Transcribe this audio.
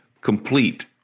complete